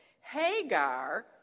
Hagar